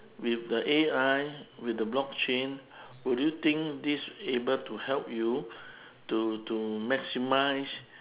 with the A_I with the blockchain would you think this able to help you to to maximise